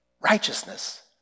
righteousness